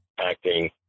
acting